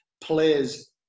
players